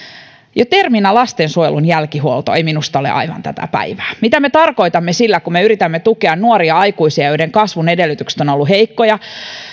jo terminä lastensuojelun jälkihuolto ei minusta ole aivan tätä päivää mitä me tarkoitamme sillä kun me yritämme tukea nuoria aikuisia joiden kasvun edellytykset ovat olleet heikkoja